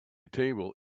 table